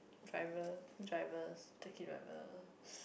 driver drivers taxi drivers